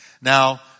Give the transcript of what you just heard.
Now